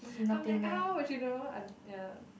I'm like ouch you know I'm ya